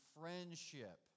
friendship